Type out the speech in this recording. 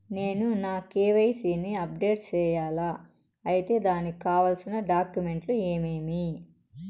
నేను నా కె.వై.సి ని అప్డేట్ సేయాలా? అయితే దానికి కావాల్సిన డాక్యుమెంట్లు ఏమేమీ?